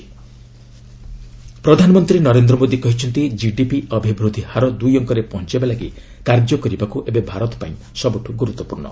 PM ବାଣିଜ୍ୟ ପ୍ରଧାନମନ୍ତ୍ରୀ ନରେନ୍ଦ୍ର ମୋଦି କହିଛନ୍ତି ଡିକିପି ଅଭିବୃଦ୍ଧି ହାର ଦୁଇ ଅଙ୍କରେ ପହଞ୍ଚାଇବା ଲାଗି କାର୍ଯ୍ୟ କରିବାକୁ ଏବେ ଭାରତ ପାଇଁ ସବୁଠୁ ଗୁରୁତ୍ୱପୂର୍ଣ୍ଣ